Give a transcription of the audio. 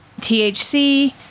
THC